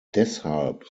deshalb